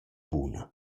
buna